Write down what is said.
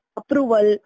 approval